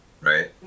right